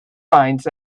finds